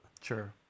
Sure